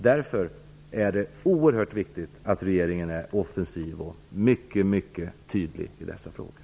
Därför är det oerhört viktigt att regeringen är offensivoch mycket tydlig i dessa frågor.